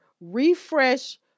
Refresh